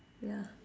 ya